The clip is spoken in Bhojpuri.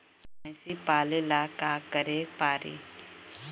भइसी पालेला का करे के पारी?